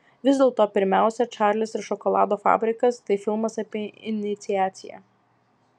vis dėlto pirmiausia čarlis ir šokolado fabrikas tai filmas apie iniciaciją